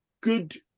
good